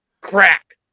crack